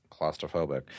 claustrophobic